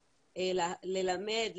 ללמד,